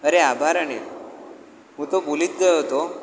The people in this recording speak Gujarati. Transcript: અરે આભાર અનીલ હું તો ભૂલી જ ગયો હતો